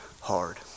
hard